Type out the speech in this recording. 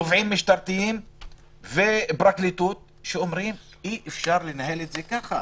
תובעים משטרתיים ופרקליטות שאומרים שאי אפשר לנהל את זה כך.